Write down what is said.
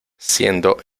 siendo